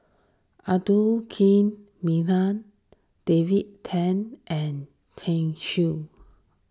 Abdul Kim David Tham and Tsung